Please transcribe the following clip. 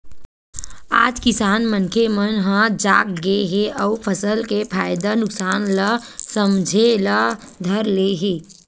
आज किसान मनखे मन ह जाग गे हे अउ फसल के फायदा नुकसान ल समझे ल धर ले हे